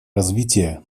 развития